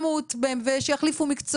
לא,